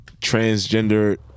transgender